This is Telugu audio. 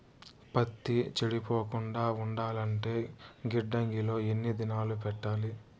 పత్తి చెడిపోకుండా ఉండాలంటే గిడ్డంగి లో ఎన్ని దినాలు పెట్టాలి?